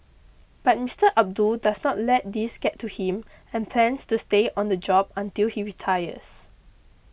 but Mister Abdul does not let these get to him and plans to stay on the job until he retires